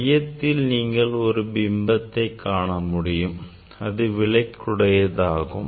மையத்தில் நீங்கள் ஒரு பிம்பத்தை காண முடியும் அது விளக்கினுடையதாகும்